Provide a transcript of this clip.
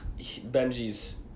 Benji's